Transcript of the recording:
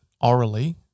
orally